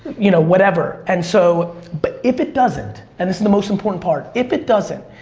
you know, whatever. and so but if it doesn't, and this is the most important part, if it doesn't,